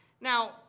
Now